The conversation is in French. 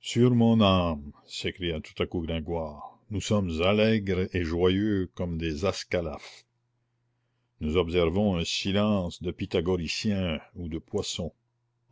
sur mon âme s'écria tout à coup gringoire nous sommes allègres et joyeux comme des ascalaphes nous observons un silence de pythagoriciens ou de poissons